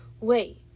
Wait